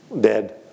dead